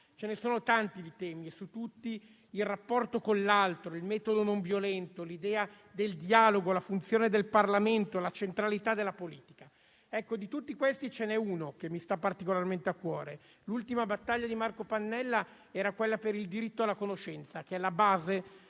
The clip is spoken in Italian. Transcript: sono tanti i temi, e su tutti il rapporto con l'altro, il metodo non violento, l'idea del dialogo, la funzione del Parlamento, la centralità della politica. Ecco, di tutti questi ce n'è uno che mi sta particolarmente a cuore. L'ultima battaglia di Marco Pannella fu quella per il diritto alla conoscenza, che è alla base